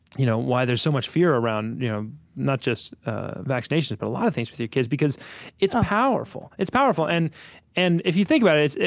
you know why there's so much fear around you know not just vaccinations, but a lot of things with your kids, because it's powerful. it's powerful. and and if you think about it,